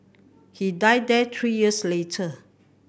he died there three years later